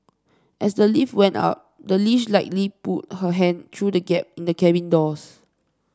as the lift went up the leash likely pulled her hand through the gap in the cabin doors